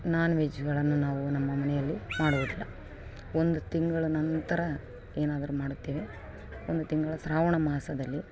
ನಾನ್ವೆಜ್ಗಳನ್ನು ನಾವು ನಮ್ಮ ಮನೆಯಲ್ಲಿ ಮಾಡುವುದಿಲ್ಲ ಒಂದು ತಿಂಗಳ ನಂತರ ಏನಾದರು ಮಾಡುತ್ತೇವೆ ಒಂದು ತಿಂಗಳು ಶ್ರಾವಣ ಮಾಸದಲ್ಲಿ